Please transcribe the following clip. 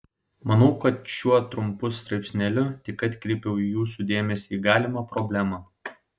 manau kad šiuo trumpu straipsneliu tik atkreipiau jūsų dėmesį į galimą problemą